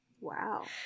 Wow